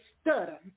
stutter